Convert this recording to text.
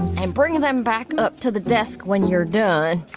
and bring them back up to the desk when you're done?